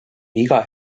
iga